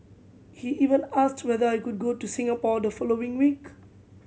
he even asked whether I could go to Singapore the following week